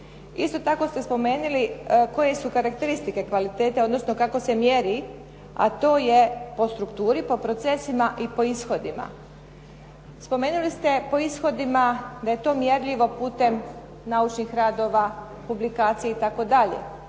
Isto tako ste spomenuli koje su karakteristike kvalitete odnosno kako se mjeri, a to je po strukturi, po procesima i po ishodima. Spomenuli ste po ishodima da je to mjerljivo putem naučnih radova, publikacija itd.